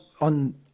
on